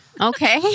Okay